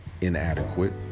inadequate